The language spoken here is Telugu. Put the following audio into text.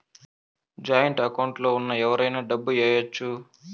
జాయింట్ అకౌంట్ లో ఉన్న ఎవరైనా డబ్బు ఏయచ్చు